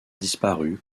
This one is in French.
disparu